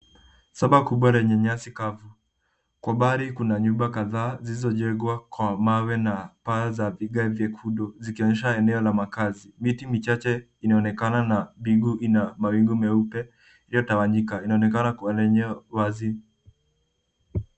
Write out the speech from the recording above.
Shamba kubwa lenye nyasi kavu. Kwa umbali, kuna nyumba kadhaa zilizojengwa kwa mawe na paa za vigae vyekundu zikionyesha eneo la makazi. Miti michache inaonekana na bingu ina mawingu meupe yaliyotawanyika. Inaonekana kuwa eneo wazi.